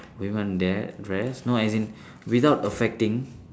woman de~ dress no as in without affecting